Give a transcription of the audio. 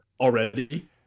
already